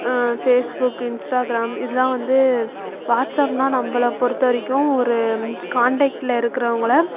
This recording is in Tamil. ஃபேஸ்புக் இன்ஸ்டாகிராம் இதெலாம் வந்து வாட்ஸாப்னால் நம்பளை பொறுத்தவரைக்கும் ஒரு காண்டெக்டில் இருக்குறவங்களை